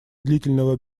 длительного